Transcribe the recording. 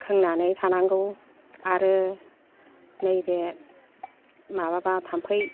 सोंनानै थानांगौ आरो नैबे माबाबा थाम्फै